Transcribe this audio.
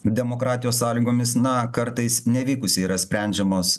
demokratijos sąlygomis na kartais nevykusiai yra sprendžiamos